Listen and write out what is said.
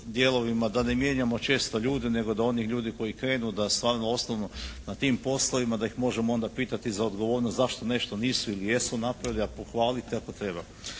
da ne mijenjamo često ljude nego da oni ljudi koji krenu da stvarno ostanu na tim poslovima da ih možemo onda pitati za odgovornost zašto nešto nisu ili jesu napravili, a pohvaliti ako treba.